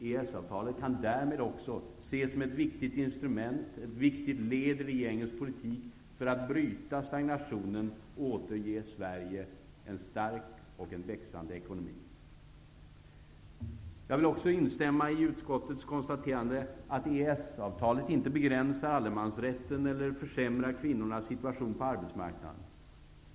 EES-avtalet kan därmed också ses som ett viktigt instrument, ett viktigt led, i regeringens politik för att bryta stagnationen och återge Sverige en stark och växande ekonomi. Jag vill också instämma i utskottets konstaterande att EES-avtalet inte begränsar allemansrätten eller försämrar kvinnornas situation på arbetsmarknaden.